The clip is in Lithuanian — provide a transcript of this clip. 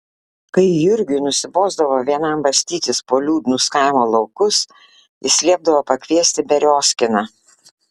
kai jurgiui nusibosdavo vienam bastytis po liūdnus kaimo laukus jis liepdavo pakviesti beriozkiną